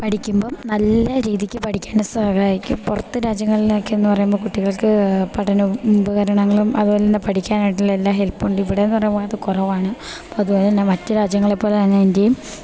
പഠിക്കിമ്പം നല്ല രീതിക്ക് പഠിക്കാൻ സഹായിക്കും പൊറത്ത് രാജ്യങ്ങളിലൊക്കെന്ന് പറയ്മ്പോ കുട്ടികൾക്ക് പഠനോപകരണങ്ങളും അത്പോലെന്നെ പഠിക്കാനായിട്ടുള്ളെല്ലാ ഹെൽപ്പുണ്ട് ഇവിടേന്ന് പറയ്മ്പോ അത് കൊറവാണ് അപ്പതുപോലെന്നെ മറ്റ് രാജ്യങ്ങളെപ്പോലെതന്നെ ഇന്ത്യയും